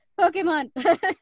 Pokemon